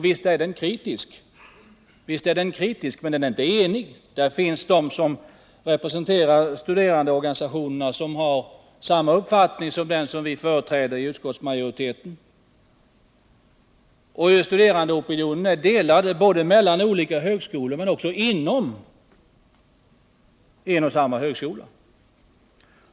Visst är studerandeopinionen kritisk, men den är inte enig. Där finns de som representerar studerandeorganisationerna som har samma uppfattning som den som utskottsmajoriteten företräder. Studerandeopinionen är delad såväl mellan olika högskolor som inom en och samma högskola.